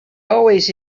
always